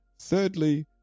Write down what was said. Thirdly